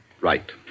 Right